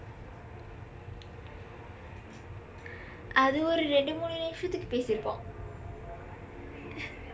அது ஒரு இரண்டு மூன்று நிமிஷத்திற்கு பேசியிருப்போம்:athu oru irandu muunru nimishaththirku peesiyiruppoom